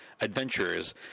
adventurers